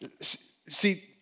see